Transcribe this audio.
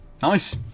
Nice